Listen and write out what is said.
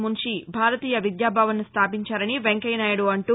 మున్షి భారతీయ విద్యాభవన్ను స్టాపించారని వెంకయ్యనాయుడు అంటూ